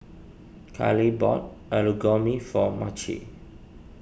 Karly bought Alu Gobi for Marci